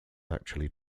actually